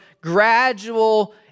gradual